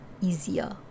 easier